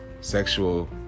Sexual